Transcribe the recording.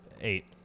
eight